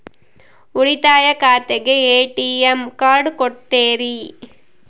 ಉಳಿತಾಯ ಖಾತೆಗೆ ATM card ಕೊಡ್ತೇರಿ?